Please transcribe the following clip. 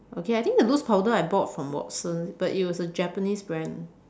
okay I think the loose powder I bought from Watsons but it was a Japanese brand